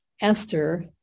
Esther